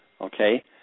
okay